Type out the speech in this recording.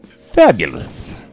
Fabulous